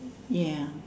ya